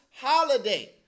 holiday